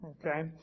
Okay